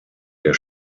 der